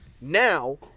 now